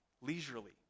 leisurely